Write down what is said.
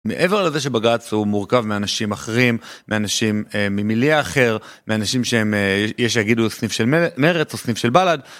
מעבר לזה שבגאצ הוא מורכב מאנשים אחרים, מאנשים ממיליה אחר, מאנשים שיש להגידו סניף של מרץ או סניף של בלעד.